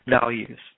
values